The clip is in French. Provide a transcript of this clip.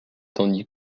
tandis